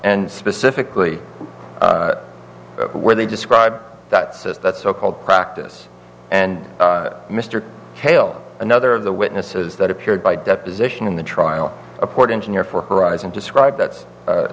and specifically where they describe that says that so called practice and mr hale another of the witnesses that appeared by deposition in the trial a port engine here for horizon described that's